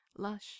Lush